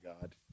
God